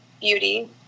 beauty